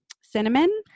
cinnamon